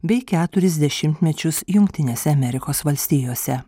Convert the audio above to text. bei keturis dešimtmečius jungtinėse amerikos valstijose